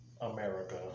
America